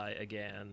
again